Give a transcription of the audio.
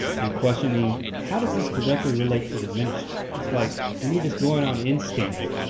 and questioning how does this directly relate to the ministry? it's like, we were just going on instinct.